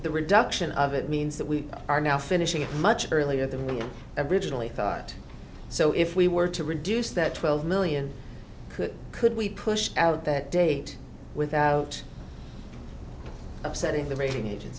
the reduction of it means that we are now finishing it much earlier than the average italy thought so if we were to reduce that twelve million could could we push out that date without upsetting the rating agen